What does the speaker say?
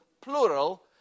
plural